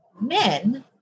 men